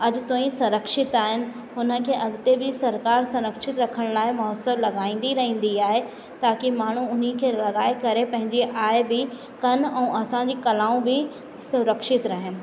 अॼु ताईं संरक्षित आहिनि हुनखे अॻिते बि सरकारि संरक्षित रखण लाइ महोत्सव लॻाईंदी रहंदी आहे ताकि माण्हू हुनखे लॻाए करे पंहिंजी आय बि कनि ऐं असांजी कलाऊं बि सुरक्षित रहनि